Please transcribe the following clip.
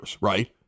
right